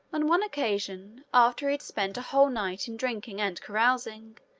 on one occasion, after he had spent a whole night in drinking and carousing,